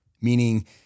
meaning